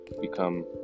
become